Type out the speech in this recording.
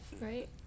right